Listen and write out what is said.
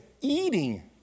eating